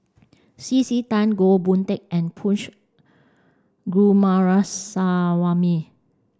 C C Tan Goh Boon Teck and Punch Goomaraswamy